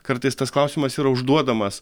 kartais tas klausimas yra užduodamas